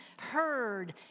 heard